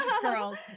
girls